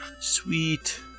sweet